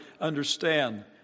understand